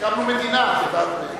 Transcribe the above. הקמנו מדינה, את יודעת.